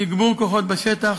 תגבור כוחות בשטח,